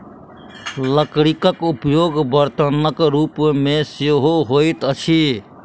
लकड़ीक उपयोग बर्तनक रूप मे सेहो होइत अछि